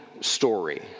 story